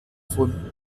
von